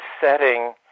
setting